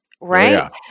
right